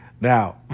Now